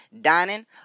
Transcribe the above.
dining